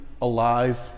alive